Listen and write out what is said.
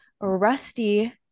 Rusty